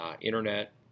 internet